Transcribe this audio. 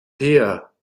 her